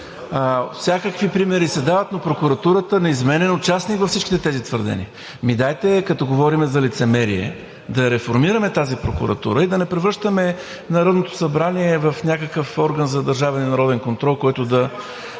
Всякакви примери се дават, но прокуратурата е неизменен участник във всички тези твърдения. Ами дайте, като говорим за лицемерие, да реформираме тази прокуратура и да не превръщаме Народното събрание в някакъв орган за държавен